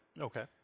Okay